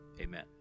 Amen